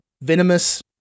venomous